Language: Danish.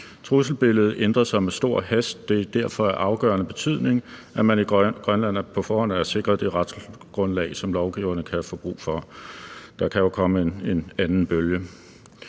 Trusselsbilledet ændrer sig med stor hast. Det er derfor af afgørende betydning, at man i Grønland på forhånd er sikret det retsgrundlag, som lovgiverne kan få brug for. Der kan jo komme en anden bølge.